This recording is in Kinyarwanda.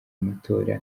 amatora